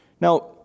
Now